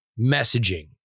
messaging